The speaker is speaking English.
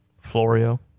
Florio